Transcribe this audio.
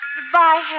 Goodbye